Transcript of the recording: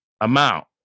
amount